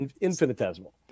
infinitesimal